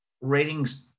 ratings